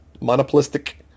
Monopolistic